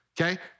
Okay